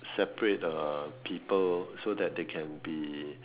separate uh people so that they can be